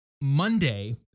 Monday